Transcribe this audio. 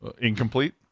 incomplete